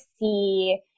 see